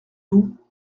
vous